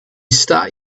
start